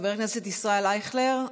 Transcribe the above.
חבר הכנסת ישראל אייכלר,